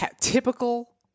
typical